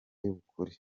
y’ubukure